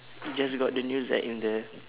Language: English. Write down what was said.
you just got the news like in the